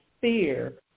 fear